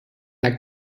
like